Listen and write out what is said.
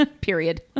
period